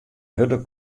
hurde